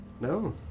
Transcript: No